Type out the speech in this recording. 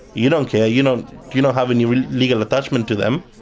you don't care, you don't you know have any legal attachment to them,